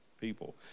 people